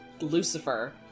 Lucifer